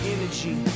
energy